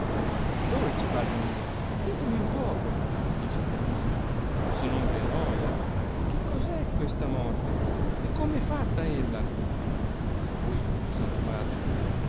dolce padre mio ditemi un poco disse flamminio se non v è a noia che cosa è questa morte e come è fatta ella a cui lo santo padre